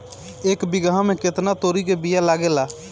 एक बिगहा में केतना तोरी के बिया लागेला?